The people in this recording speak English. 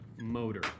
motor